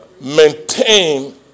Maintain